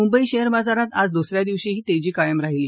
Mumbai share बाजारात आज दुस या दिवशीही तेजी कायम राहीली